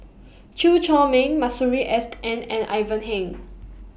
Chew Chor Meng Masuri S N and Ivan Heng